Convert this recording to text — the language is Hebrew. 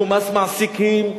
ומס מעסיקים,